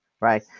right